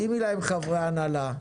שימי להם חברי הנהלה,